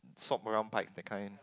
swap around bikes that kind